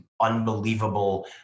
unbelievable